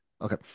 Okay